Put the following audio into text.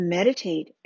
Meditate